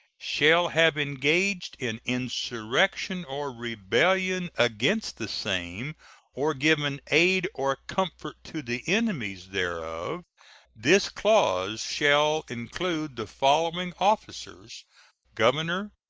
shall have engaged in insurrection or rebellion against the same or given aid or comfort to the enemies thereof. this clause shall include the following officers governor,